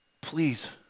please